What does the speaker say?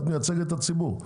את מייצגת את הציבור.